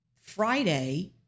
Friday